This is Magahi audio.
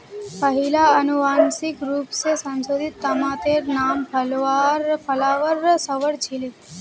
पहिला अनुवांशिक रूप स संशोधित तमातेर नाम फ्लावर सवर छीले